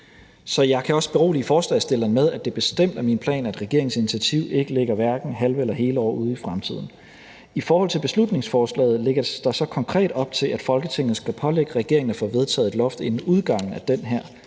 Så jeg kan også berolige forslagsstillerne med, at det bestemt er min plan, at regeringens initiativ hverken ligger halve eller hele år ude i fremtiden. I forhold til beslutningsforslaget lægges der så konkret op til, at Folketinget skal pålægge regeringen at få vedtaget et loft inden udgangen af den